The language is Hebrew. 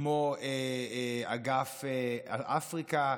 כמו אגף אפריקה,